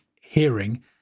hearing